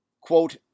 quote